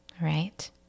right